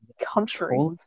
country